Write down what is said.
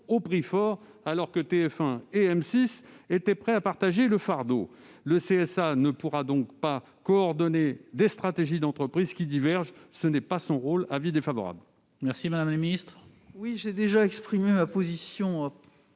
au prix fort, alors que TF1 et M6 étaient prêtes à partager le fardeau. Le CSA ne pourra donc pas coordonner des stratégies d'entreprise qui divergent, ce n'est pas son rôle. La